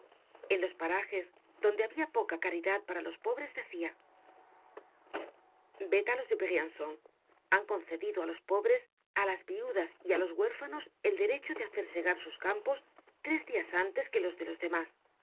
en los parajes donde habia poca caridad para los pobres decia ved á los de brianzon han concedido á los pobres á las viudas y á los huérfanos el derecho de hacer segar sus campos tres dias antes que los de los demás